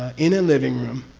ah in a living room